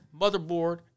motherboard